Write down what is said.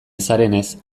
zarenez